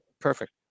Perfect